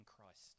Christ